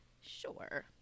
Sure